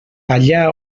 allà